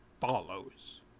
follows